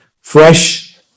fresh